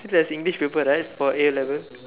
so there's English paper right for A-level